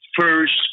first